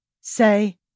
Say